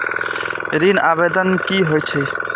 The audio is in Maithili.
ऋण आवेदन की होय छै?